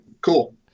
Cool